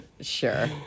Sure